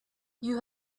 you